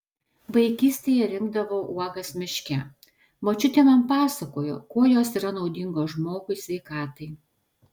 vaikystėje rinkdavau uogas miške močiutė man pasakojo kuo jos yra naudingos žmogui sveikatai